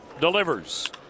delivers